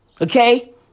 Okay